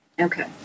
Okay